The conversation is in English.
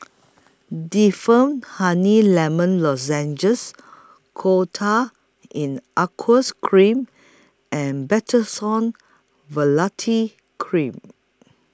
Difflam Honey Lemon Lozenges Coal Tar in Aqueous Cream and Betamethasone Valerate Cream